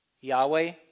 Yahweh